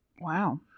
Wow